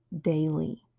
Daily